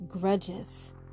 grudges